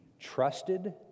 trusted